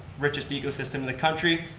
richest ecosystem in the country,